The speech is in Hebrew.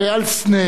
ועל סנה,